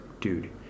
dude